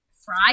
fry